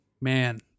Man